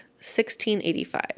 1685